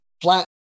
flat